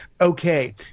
Okay